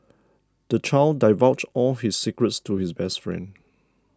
the child divulged all his secrets to his best friend